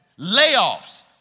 Layoffs